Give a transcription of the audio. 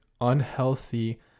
unhealthy